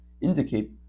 indicate